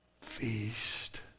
feast